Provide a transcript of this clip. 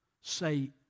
say